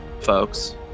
folks